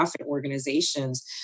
organizations